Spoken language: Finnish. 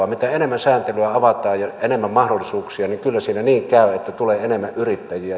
mitä enemmän sääntelyä avataan ja enemmän mahdollisuuksia niin kyllä siinä niin käy että tulee enemmän yrittäjiä